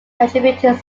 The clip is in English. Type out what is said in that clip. contributing